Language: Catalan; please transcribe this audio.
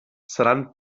seran